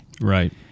Right